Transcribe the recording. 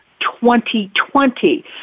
2020